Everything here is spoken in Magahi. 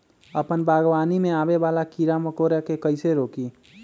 अपना बागवानी में आबे वाला किरा मकोरा के कईसे रोकी?